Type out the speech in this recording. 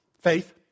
Faith